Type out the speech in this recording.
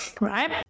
right